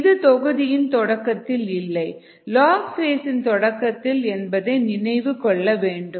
இது தொகுதியின் தொடக்கத்தில் இல்லை லாக் பேசின் தொடக்கத்தில் என்பதை நினைவு கொள்ள வேண்டும்